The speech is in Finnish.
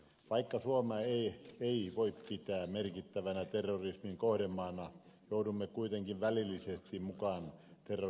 vaikka suomea ei voi pitää merkittävänä terrorismin kohdemaana joudumme kuitenkin välillisesti mukaan terrorismin torjuntaan